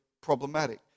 problematic